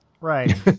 right